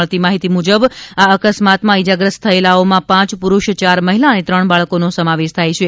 મળતી માહિતી મુજબ આ અકસ્માતમાં ઇજાગ્રસ્ત થયેલાઓમાં પાંચ પુરૂષ ચાર મહિલા અને ત્રણ બાળકોનો સમાવેશ થાય છે